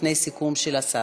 לפני הסיכום של השר.